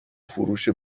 فروش